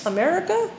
America